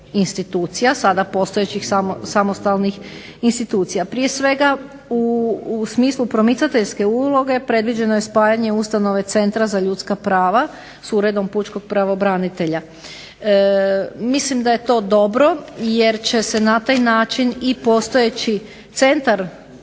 sada postojećih samostalnih institucija. Prije svega, u smislu promicateljske uloge, predviđeno je spajanje ustanove centra za ljudska prava s uredom Pučkog pravobranitelja. Mislim da je to dobro jer će se na taj način i postojeći Centar